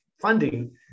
funding